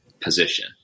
position